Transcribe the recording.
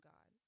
God